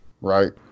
Right